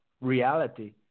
reality